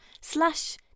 slash